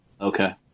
Okay